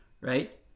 Right